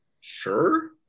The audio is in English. sure